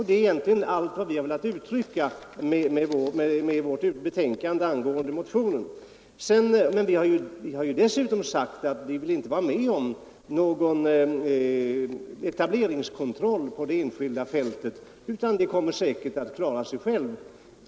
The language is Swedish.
Det är egentligen allt vad vi har velat uttrycka med vårt betänkande angående motionen 441. Vi har dessutom sagt att vi inte vill vara med om någon etableringskontroll på det enskilda fältet utan tror att man där kan klara sig själv.